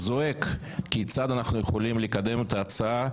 זועק כיצד אנחנו יכולים לקדם את ההצעה,